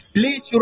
Please